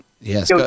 Yes